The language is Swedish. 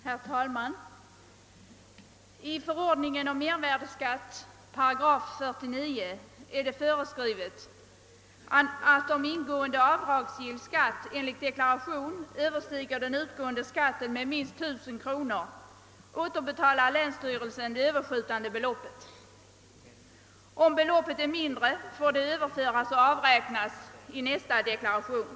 Herr talman! I förordningen om mervärdeskatt 49 8 är det föreskrivet, att om ingående avdragsgill skatt enligt deklaration överstiger den utgående skatten med minst 1 000 kronor, återbetalar länsstyrelsen det överskjutande beloppet. Om beloppet är mindre, får det överföras och avräknas i nästa deklaration.